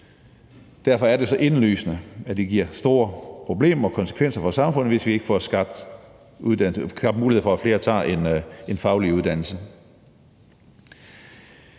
Derfor er det indlysende, at det giver store problemer og har store konsekvenser for samfundet, hvis vi ikke får skabt mulighed for, at flere tager en faglig uddannelse.